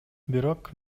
бирок